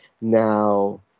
now